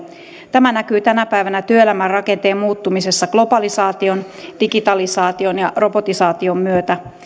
tämä näkyy tänä päivänä työelämän rakenteen muuttumisessa globalisaation digitalisaation ja robotisaation myötä